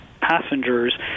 passengers